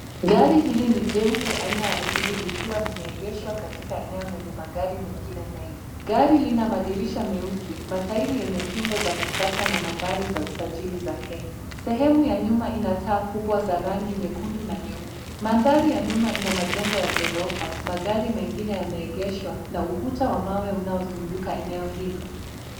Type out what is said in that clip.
Gari hili ni jeupe aina ya cs SUV cs likiwa limeegeshwa katika eneo lenye magari mengine mengi. Gari lina madirisha meusi, matairi yenye kingo za kisasa na nambari za usajili za Kenya. Sehemu ya nyuma ina taa kubwa zenye rangi nyekundu na nyeupe. Mandhari ya nyuma ina majengo ya ghorofa, magari mengine yameegeshwa na ukuta wa mawe unaozunguka eneo hilo.